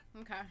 Okay